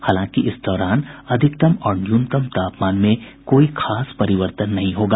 हालांकि इस दौरान अधिकतम और न्यूनतम तापमान में कोई खास परिवर्तन नहीं होगा